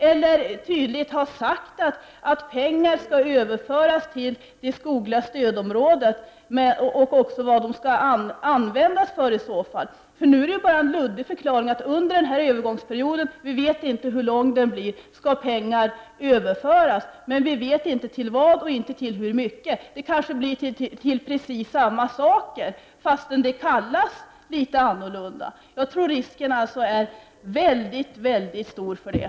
Varför har man inte tydligt sagt att pengar skall överföras till det skogliga stödområdet och vad de i så fall skall användas till? Nu kommer bara en lud dig förklaring att under den här övergångsperioden, som vi inte vet hur lång den blir, skall pengar överföras. Men vi vet inte till vad och inte hur mycket. Det kanske blir till precis samma saker, fastän det kallas litet annorlunda. Jag tror att risken är mycket stor för det.